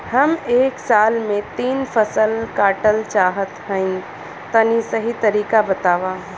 हम एक साल में तीन फसल काटल चाहत हइं तनि सही तरीका बतावा?